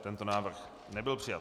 Tento návrh nebyl přijat.